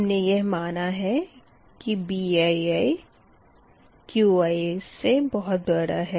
हमने यह माना है की BiiQi है